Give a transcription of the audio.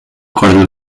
corda